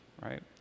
right